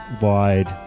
wide